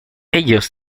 ellos